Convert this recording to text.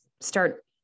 start